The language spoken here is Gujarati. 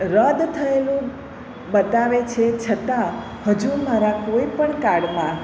રદ થયેલું બતાવે છે છતાં હજુ મારા કોઈ પણ કાર્ડમાં